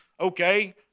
okay